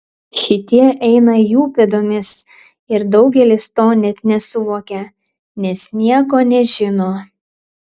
šitie eina jų pėdomis ir daugelis to net nesuvokia nes nieko nežino